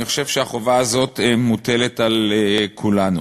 אני חושב שהחובה הזאת מוטלת על כולנו.